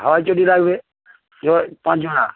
হাওয়াই চটি লাগবে যে পাঁচ জোড়া